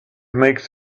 makes